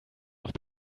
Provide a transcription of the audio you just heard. noch